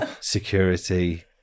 security